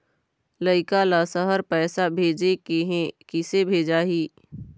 लइका ला शहर पैसा भेजें के हे, किसे भेजाही